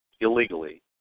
illegally